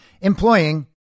employing